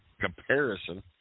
Comparison